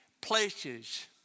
places